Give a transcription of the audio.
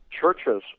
churches